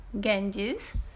Ganges